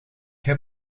heb